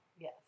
Yes